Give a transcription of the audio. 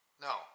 No